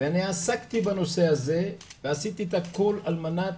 ואני עסקתי בנושא הזה ועשיתי את הכול, על מנת